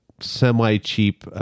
semi-cheap